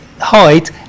height